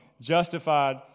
justified